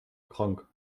krank